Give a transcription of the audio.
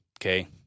Okay